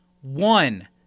one